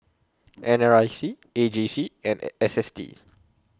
N R I C A J C and S S T